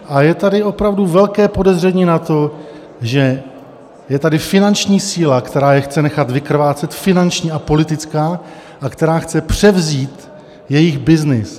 A je tady opravdu velké podezření na to, že je tady finanční síla, která je chce nechat vykrvácet, finanční a politická, a která chce převzít jejich byznys.